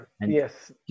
yes